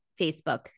Facebook